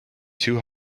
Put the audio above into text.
two